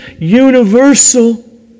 universal